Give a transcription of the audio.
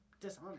dishonest